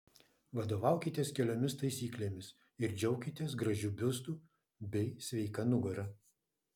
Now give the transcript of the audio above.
vadovaukitės keliomis taisyklėmis ir džiaukitės gražiu biustu bei sveika nugara